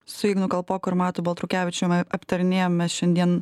su ignu kalpoku ir matu baltrukevičiumi aptarinėjame šiandien